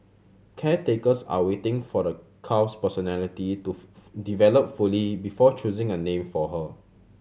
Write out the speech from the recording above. caretakers are waiting for the calf's personality to develop fully before choosing a name for her